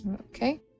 Okay